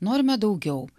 norime daugiau